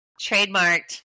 Trademarked